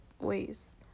ways